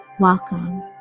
Welcome